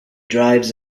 drives